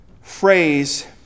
phrase